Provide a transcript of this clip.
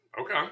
Okay